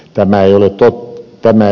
tämä ei ole totta